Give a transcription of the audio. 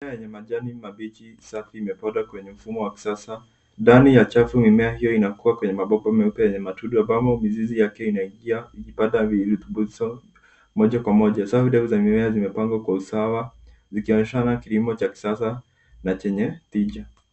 Mimea yenye majani mabichi safi imepandwa kwenye mfumo wa kisasa. Ndani ya chafu mimea hiyo inakua kwenye mabomba meupe yenye matundu ambapo mizizi yake inaingia ikipata virutubisho moja kwa moja. Safu ndefu za mimea zimepandwa kwa usawa zikionyeshana kilimo cha kisasa na chenye tija.